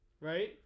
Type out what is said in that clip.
right